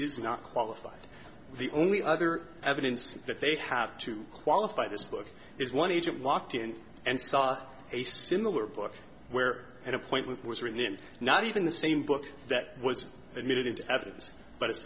is not qualified the only other evidence that they have to qualify this book is one agent walked in and saw a similar book where an appointment was written in not even the same book that was admitted into evidence but